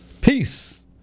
Peace